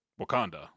Wakanda